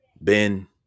Ben